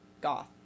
goth